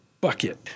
bucket